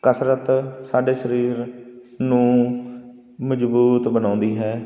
ਕਸਰਤ ਸਾਡੇ ਸਰੀਰ ਨੂੰ ਮਜ਼ਬੂਤ ਬਣਾਉਂਦੀ ਹੈ